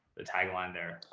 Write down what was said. the tagline there.